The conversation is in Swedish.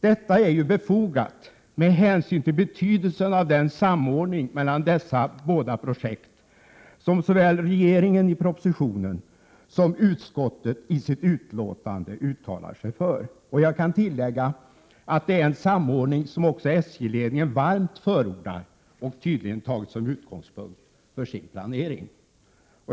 Detta är befogat med hänsyn till betydelsen av den samordning mellan dessa båda projekt som såväl regeringen i propositionen som utskottet i sitt betänkande uttalar sig för. Jag kan tillägga att detta är en samordning som också SJ-ledningen varmt förordar och tydligen tagit som utgångspunkt för sin planering.